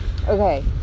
Okay